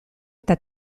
eta